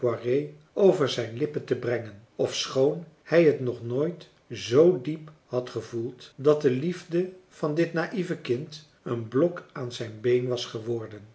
over zijn lippen te brengen ofschoon hij t nog nooit zoo diep had gevoeld dat de liefde van dit naïeve kind een blok aan zijn been was geworden